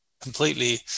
completely